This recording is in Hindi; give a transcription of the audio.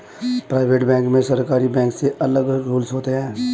प्राइवेट बैंक में सरकारी बैंक से अलग रूल्स होते है